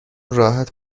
راحت